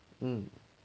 um